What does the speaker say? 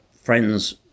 friends